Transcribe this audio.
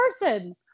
person